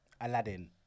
aladdin